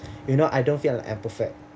you know I don't feel I'm perfect